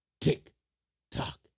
tick-tock